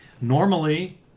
Normally